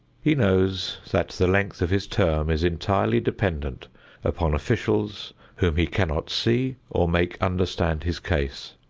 he knows that the length of his term is entirely dependent upon officials whom he cannot see or make understand his case.